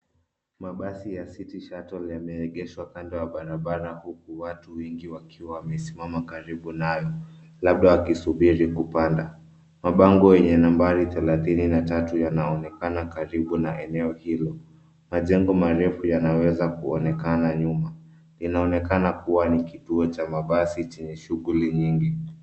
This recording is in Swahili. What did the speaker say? Mabasi ya City Shuttle yameegeshwa kando ya barabara huku watu wengi wakiwa wamesimama karibu nayo labda wakisubiri kupanda. Mabango yenye nambari thelathini na tatu yanaonekana karibu na eneo hilo. Majengo marefu yanaweza kuonekana nyuma. Inaonekana kuwa ni kituo cha mabasi chenye shughuli nyingi.